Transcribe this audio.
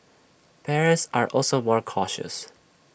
parents are also more cautious